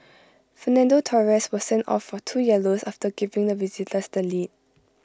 Fernando Torres was sent off for two yellows after giving the visitors the lead